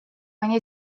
pani